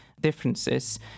differences